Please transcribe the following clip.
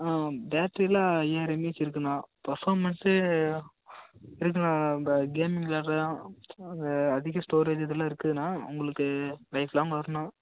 battery எல்லாம் ஐயாயிரம் mAh இருக்குண்ணா பர்ஃபார்மன்ஸ் இருக்குண்ணா இந்த கேமிங் விளாடுறதுலாம் வந்து அதிக ஸ்டோரேஜ் இதில் இருக்குதுண்ணா உங்களுக்கு லைஃப் லாங் வரும்ணா